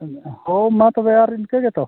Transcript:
ᱦᱳᱭ ᱢᱟ ᱛᱚᱵᱮ ᱟᱨ ᱤᱱᱠᱟᱹ ᱜᱮᱛᱚ